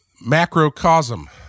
macrocosm